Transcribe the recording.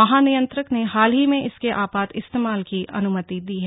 महानियंत्रक ने हाल ही में इसके आपात इस्तेमाल की अनुमति दी है